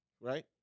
right